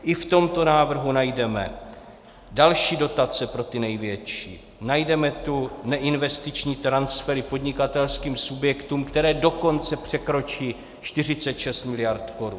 I v tomto návrhu najdeme další dotace pro ty největší, najdeme tu neinvestiční transfery podnikatelským subjektům, které dokonce překročí 46 miliard korun.